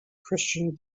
christian